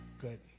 Good